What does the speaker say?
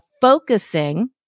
focusing